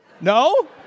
No